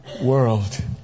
world